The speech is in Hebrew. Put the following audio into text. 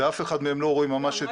באף אחד מהם לא רואים ממש את --- לא,